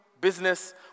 business